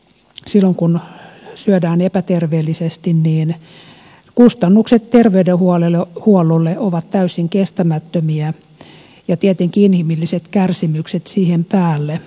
eli kun syödään epäterveellisesti kustannukset terveydenhuollolle ovat täysin kestämättömiä ja tietenkin inhimilliset kärsimykset siihen päälle